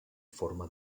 forma